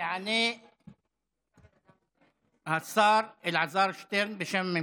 יענה השר אלעזר שטרן, בשם הממשלה.